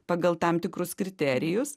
pagal tam tikrus kriterijus